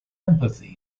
empathy